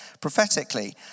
prophetically